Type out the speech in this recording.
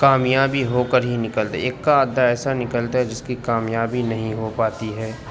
کامیابی ہو کر ہی نکلتا ایک آدھ ایسا نکلتا ہے جس کی کامیابی نہیں ہو پاتی ہے